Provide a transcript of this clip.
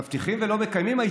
מבטיחים ולא מקיימים?